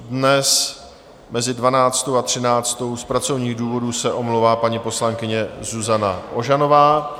Dnes mezi dvanáctou a třináctou z pracovních důvodů se omlouvá paní poslankyně Zuzana Ožanová.